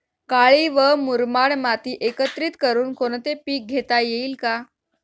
काळी व मुरमाड माती एकत्रित करुन कोणते पीक घेता येईल का?